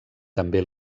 també